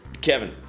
Kevin